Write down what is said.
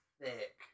thick